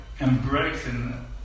embracing